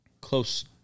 close